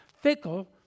fickle